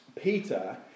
Peter